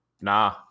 nah